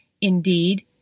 Indeed